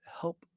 help